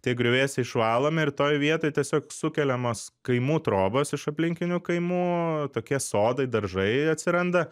tie griuvėsiai išvalomi ir toj vietoj tiesiog sukeliamos kaimų trobos iš aplinkinių kaimų tokie sodai daržai atsiranda